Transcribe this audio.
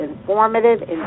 informative